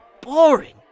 boring